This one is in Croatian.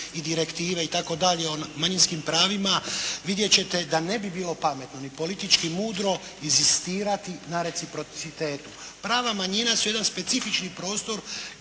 i direktive itd. o manjinskim pravima, vidjeti ćete da ne bi bilo pametno i politički mudro inzistirati na reciprocitetu. Prava manjina su jedan specifični prostor